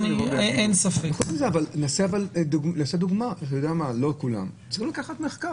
צריך לעשות מחקר.